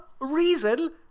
reason